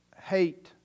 hate